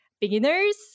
beginners